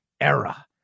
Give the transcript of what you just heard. era